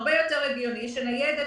הרבה יותר הגיוני שניידת,